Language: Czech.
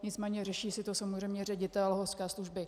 Nicméně řeší si to samozřejmě ředitel horské služby.